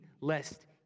lest